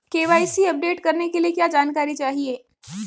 KYC update करने के लिए क्या जानकारी चाहिए?